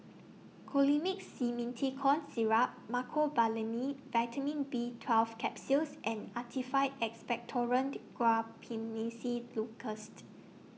Colimix Simethicone Syrup Mecobalamin Vitamin B twelve Capsules and Actified Expectorant Guaiphenesin